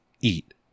eat